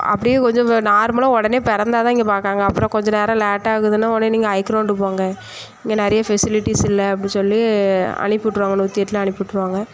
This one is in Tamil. அப்படியே கொஞ்சம் நார்மலாக உடனே பிறந்தா தான் இங்கே பாக்காங்க அப்புறம் கொஞ்சம் நேரம் லேட்டாகுதுன்னு உடனே நீங்கள் ஹைக்ரௌண்டுக்கு போங்கள் இங்கே நிறைய ஃபெசிலிட்டிஸ் இல்லை அப்படின்னு சொல்லி அனுப்பி விட்ருவானுங்க நூற்றி எட்டில் அனுப்பி விட்ருவாங்க